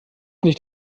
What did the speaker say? nicht